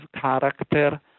character